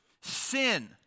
sin